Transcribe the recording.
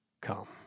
come